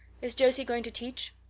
is josie going to teach?